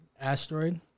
Asteroid